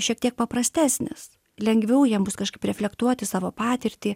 šiek tiek paprastesnis lengviau jam bus kažkaip reflektuoti savo patirtį